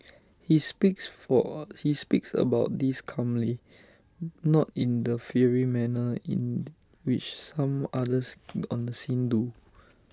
he speaks for he speaks about this calmly not in the fiery manner in which some others on the scene do